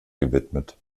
gewidmet